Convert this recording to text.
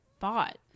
thought